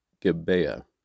Gibeah